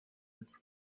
its